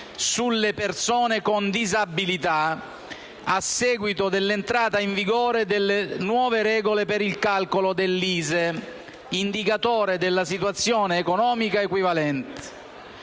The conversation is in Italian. sulle persone con disabilità a seguito dell'entrata in vigore delle nuove regole per il calcolo dell'ISEE, l'indicatore della situazione economica equivalente.